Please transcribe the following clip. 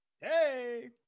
Hey